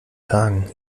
tagen